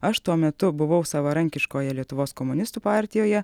aš tuo metu buvau savarankiškoje lietuvos komunistų partijoje